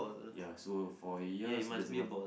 ya so for yours there's a ball